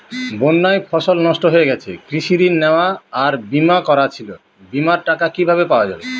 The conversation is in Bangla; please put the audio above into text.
বন্যায় ফসল নষ্ট হয়ে গেছে কৃষি ঋণ নেওয়া আর বিমা করা ছিল বিমার টাকা কিভাবে পাওয়া যাবে?